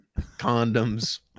condoms